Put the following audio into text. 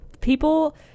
People